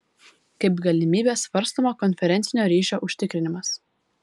kaip galimybė svarstoma konferencinio ryšio užtikrinimas